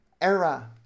era